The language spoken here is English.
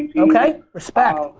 yeah okay. respect.